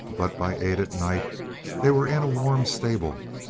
but by eight at night they were in a warm stable,